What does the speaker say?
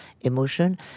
emotion